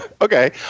Okay